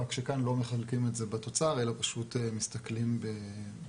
רק שכאן לא מחלקים את זה בתוצר אלא פשוט מסתכלים בשקלים.